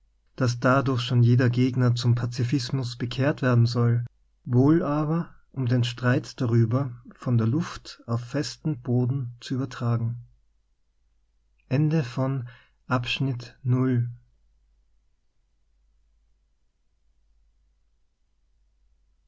daß dadurch schon jeder gegner zum pazifismus bekehrt werden soll wohl aber um den streit darüber von der luft auf festen boden zu übertragen